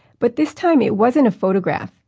but this time it wasn't a photograph.